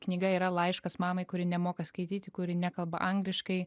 knyga yra laiškas mamai kuri nemoka skaityti kuri nekalba angliškai